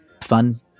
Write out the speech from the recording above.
fun